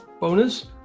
bonus